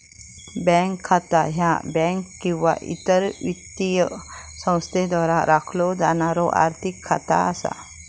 bank खाता ह्या bank किंवा इतर वित्तीय संस्थेद्वारा राखलो जाणारो आर्थिक खाता असता